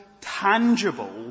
tangible